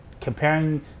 comparing